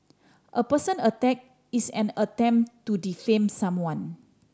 a personal attack is an attempt to defame someone